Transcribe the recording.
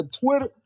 Twitter